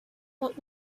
what